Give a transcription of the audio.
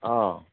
অঁ